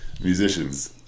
Musicians